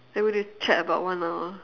then we need to chat about one hour